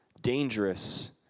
dangerous